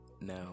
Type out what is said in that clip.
now